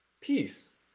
peace